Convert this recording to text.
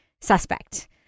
*Suspect*